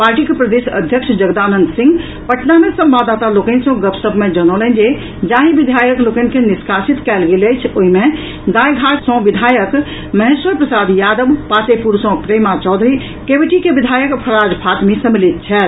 पार्टीक प्रदेश अध्यक्ष जगदानंद सिंह पटना मे संवाददाता लोकनि सँ गपशप मे जनौलनि जे जाहि विधायक लोकनि के निष्कासित कयल गेल अछि ओहि मे गायघाट सँ विधायक महेश्वर प्रसाद यादव पातेपुर सँ प्रेमा चौधरी केवटी के विधायक फराज फातमी सम्मिलित छथि